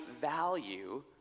value